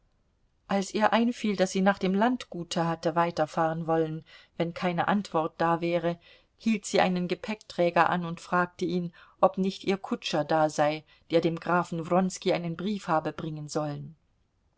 als ihr einfiel daß sie nach dem landgute hatte weiterfahren wollen wenn keine antwort da wäre hielt sie einen gepäckträger an und fragte ihn ob nicht ihr kutscher da sei der dem grafen wronski einen brief habe bringen sollen